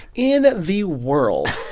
in the world,